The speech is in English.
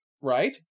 Right